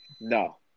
no